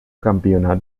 campionat